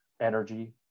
energy